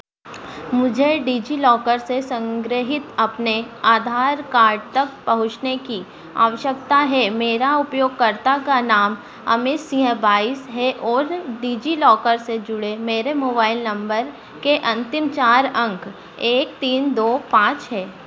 मुझे डिजिलॉकर में संग्रहित अपने आधार कार्ड तक पहुँचने की आवश्यकता है मेरा उपयोगकर्ता का नाम अमित सिंह बाइस है और डिजिलॉकर से जुड़े मेरे मोबाइल नंबर के अंतिम चार अंक एक तीन दो पाँच है